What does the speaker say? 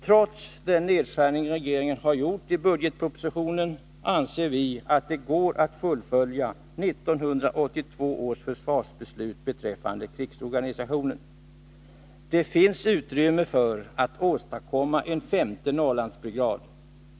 Trots den nedskärning regeringen gjort i budgetpropositionen anser vi att det går att fullfölja 1982 års försvarsbeslut beträffande krigsorganisationen. Det finns utrymme för att åstadkomma en femte Norrlandsbrigad.